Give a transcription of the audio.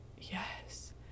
Yes